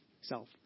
self